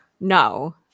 No